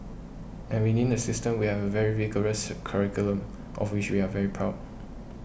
and within the system we have a very rigorous curriculum of which we are very proud